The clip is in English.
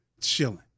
chilling